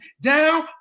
down